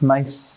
Nice